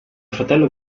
fratello